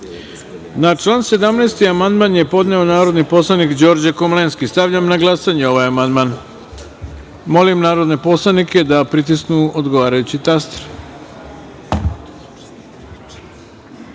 član 73. amandman je podneo narodni poslanik Đorđe Komlenski. Stavljam na glasanje ovaj amandman. Molim narodne poslanike da pritisnu odgovarajući